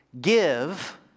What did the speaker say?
Give